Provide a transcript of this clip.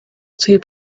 two